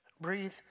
breathe